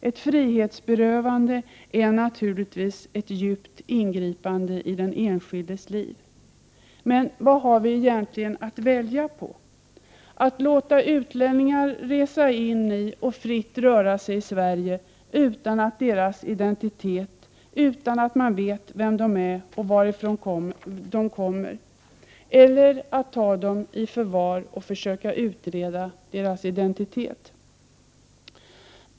Ett frihetsberövande är naturligtvis ett djupt ingripande i den enskildes liv. Men vad har vi egentligen att välja på? Är det att låta utlänningar resa in i och fritt röra sig i Sverige utan att känna deras identitet, utan att veta vilka de är och varifrån de kommer, eller är det att ta dem i förvar och försöka utreda deras identitet?